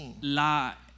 la